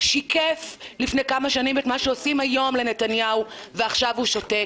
שיקף לפני כמה שנים את מה שעושים היום לנתניהו ועכשיו הוא שותק.